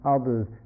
others